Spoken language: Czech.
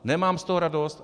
Nemám z toho radost.